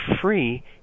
free